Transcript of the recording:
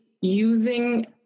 using